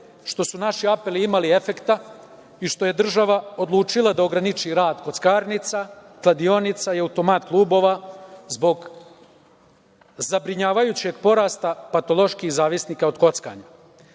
što su naši apeli imali efekta i što je država odlučila da ograniči rad kockarnica, kladionica i automat-klubova zbog zabrinjavajućeg porasta patoloških zavisnika od kockanja. Glavna